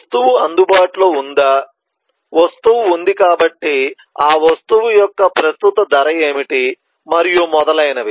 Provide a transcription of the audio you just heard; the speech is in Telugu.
వస్తువు అందుబాటులో ఉందా వస్తువు ఉంది కాబట్టి ఆ వస్తువు యొక్క ప్రస్తుత ధర ఏమిటి మరియు మొదలైనవి